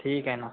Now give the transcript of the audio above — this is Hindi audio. ठीक है न